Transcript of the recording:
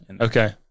Okay